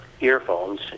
earphones